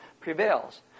prevails